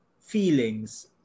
feelings